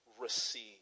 receive